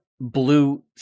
Blue